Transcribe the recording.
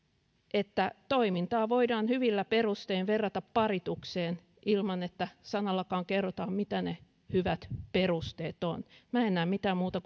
että toimintaa voidaan hyvillä perustein verrata paritukseen ilman että sanallakaan kerrotaan mitä ne hyvät perusteet ovat minä en näe mitään muuta